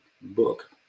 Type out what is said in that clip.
book